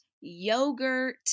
yogurt